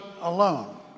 alone